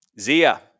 Zia